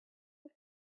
est